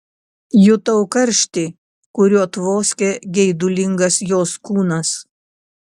jutau karštį kuriuo tvoskė geidulingas jos kūnas